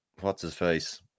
what's-his-face